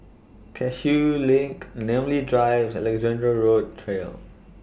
Cashew LINK Namly Drive Alexandra Road Trail